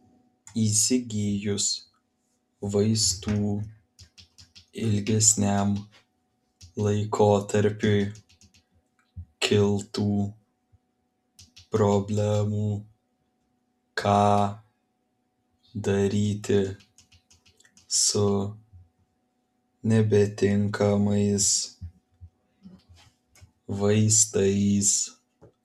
įsigijus vaistų ilgesniam laikotarpiui kiltų problemų ką daryti su nebetinkamais vaistais